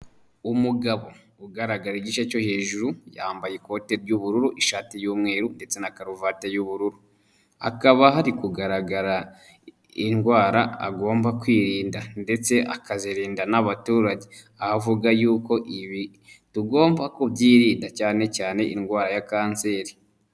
Umugabo ugaragara igice cyo hejuru yambaye ikote ry'ubururu, ishati y'umweru ndetse na karuvati y'ubururu, hakaba hari kugaragara indwara agomba kwirinda ndetse akazirinda n'abaturage, aho avuga ko ibi tugomba kubyirinda cyane cyane indwara ya kanseri.